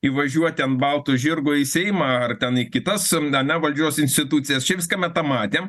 įvažiuoti ant balto žirgo į seimą ar ten į kitas na na valdžios institucijas čia viską me tą matėm